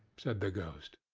said the ghost.